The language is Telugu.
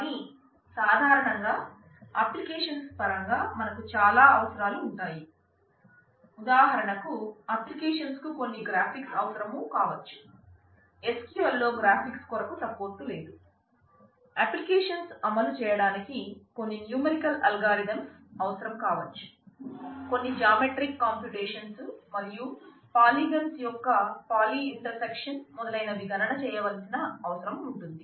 కానీ సాధారణంగా అప్లికేషన్ మొదలైనవి గణన చేయవలసిన అవసరం ఉంటుంది